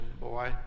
boy